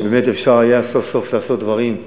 שבאמת אפשר היה סוף-סוף לעשות דברים.